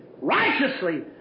righteously